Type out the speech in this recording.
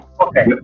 okay